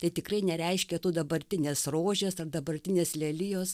tai tikrai nereiškia tų dabartinės rožės ar dabartinės lelijos